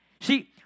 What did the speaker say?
See